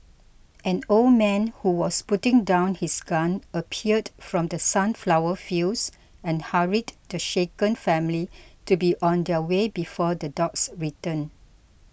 an old man who was putting down his gun appeared from the sunflower fields and hurried the shaken family to be on their way before the dogs return